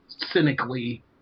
cynically